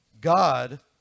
God